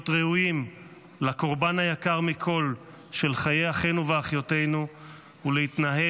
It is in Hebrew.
להיות ראויים לקורבן היקר מכול של חיי אחינו ואחיותינו ולהתנהל